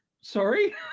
Sorry